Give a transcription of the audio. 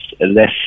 less